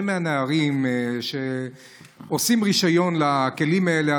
מהנערים שעושים רישיון לכלים האלה,